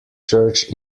church